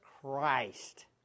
Christ